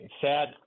sad